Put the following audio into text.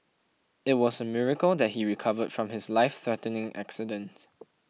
it was a miracle that he recovered from his lifethreatening accident